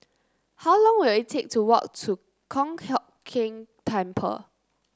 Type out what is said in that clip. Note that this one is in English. how long will it take to walk to Kong Hock Keng Temple